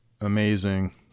amazing